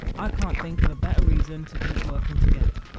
i can't think of a better reason to keep working together